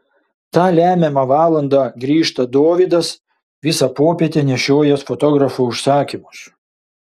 tą lemiamą valandą grįžta dovydas visą popietę nešiojęs fotografo užsakymus